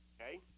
Okay